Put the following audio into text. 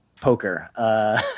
poker